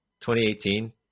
2018